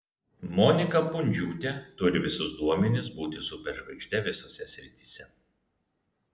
monika pundziūtė turi visus duomenis būti superžvaigžde visose srityse